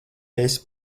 esi